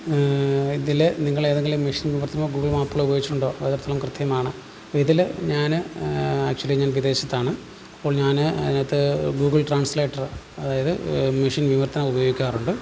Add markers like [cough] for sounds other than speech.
ഇതില് നിങ്ങളേതെങ്കിലും മിഷീൻ വിവർത്തനമോ ഗൂഗിൾ [unintelligible] ഉപയോഗിച്ചിട്ടുണ്ടോ പലതരത്തിലും കൃത്യമാണ് ഇതില് ഞാന് ആക്ച്വലി ഞാൻ വിദേശത്താണ് അപ്പോൾ ഞാന് അതിനകത്ത് ഗൂഗിൾ ട്രാൻസിലേറ്റർ അതായത് മിഷീൻ വിവർത്തനം ഉപയോഗിക്കാറുണ്ട്